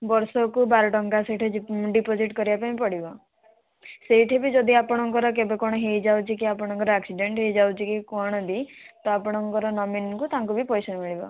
ବର୍ଷକୁ ବାର ଟଙ୍କା ସେଇଟା ଡିପୋଜିଟ୍ କରିବା ପାଇଁ ପଡ଼ିବ ସେଇଠି ବି ଯଦି ଆପଣଙ୍କର କେବେ କଣ ହେଇଯାଉଛି କି ଯଦି ଆପଣଙ୍କର ଏକ୍ସିଡ଼େଣ୍ଟ ହେଇଯାଉଛି କଣ ବି ତ ଆପଣଙ୍କର ନୋମିନୀଙ୍କୁ ତାଙ୍କୁ ବି ପଇସା ମିଳିବ